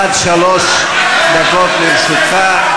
עד שלוש דקות לרשותך.